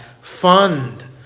fund